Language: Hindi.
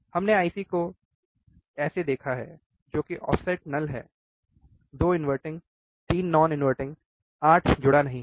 हमने IC को एक से देखा है जो कि ऑफसेट शून्य है 2 इनवर्टिंग 3 नॉन इनवर्टिंग 8 जुड़ा नहीं है